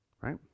right